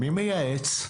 מי מייעץ?